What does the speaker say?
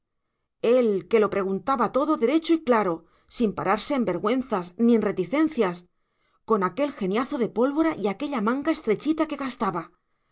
él que lo preguntaba todo derecho y claro sin pararse en vergüenzas ni en reticencias con aquel geniazo de pólvora y aquella manga estrechita que gastaba